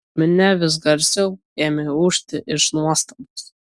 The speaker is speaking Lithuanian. minia vis garsiau ėmė ūžti iš nuostabos